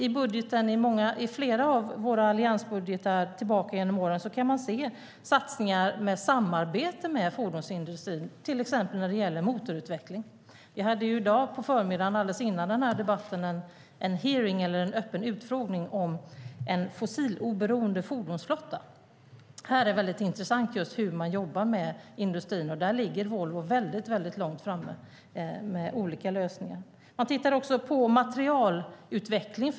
I flera av våra alliansbudgetar genom åren kan man se satsningar på samarbete med fordonsindustrin, till exempel när det gäller motorutveckling. På förmiddagen i dag, alldeles innan den här debatten, hade vi en hearing, en öppen utfrågning, om en fossiloberoende fordonsflotta. Här är det väldigt intressant just hur man jobbar med industrin. Där ligger Volvo väldigt långt framme med olika lösningar. Man tittar också på materialutveckling.